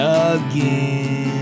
again